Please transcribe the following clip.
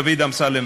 דוד אמסלם,